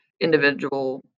individual